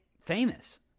famous